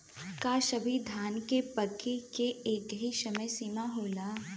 का सभी धान के पके के एकही समय सीमा होला?